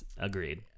Agreed